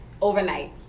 overnight